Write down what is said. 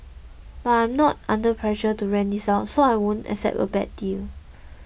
but I'm not under pressure to rent this out so I won't accept a bad deal